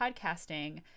podcasting